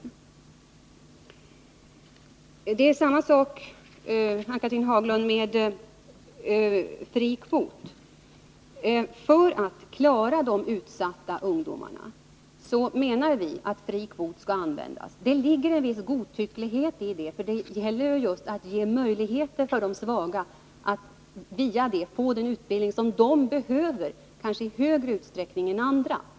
Till Ann-Cathrine Haglund vill jag säga att det förhåller sig på samma sätt när det gäller den fria kvoten. För att klara de utsatta ungdomarna menar vi att fri kvot skall användas. Det ligger en del godtycklighet i det, för det gäller ju att just ge de svaga möjligheter att på det sättet få den utbildning som de i kanske större utsträckning än andra behöver.